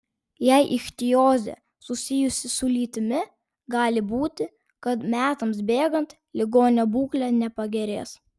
jei ichtiozė susijusi su lytimi gali būti kad metams bėgant ligonio būklė nepagerės